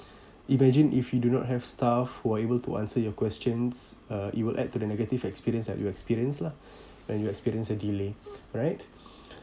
imagine if you do not have staff who are able to answer your questions uh it will add to the negative experience at your experience lah when you experience a delay right